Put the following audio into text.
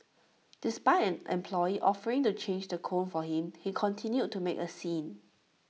despite an employee offering to change the cone for him he continued to make A scene